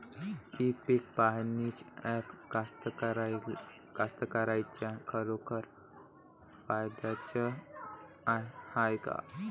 इ पीक पहानीचं ॲप कास्तकाराइच्या खरोखर फायद्याचं हाये का?